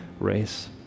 race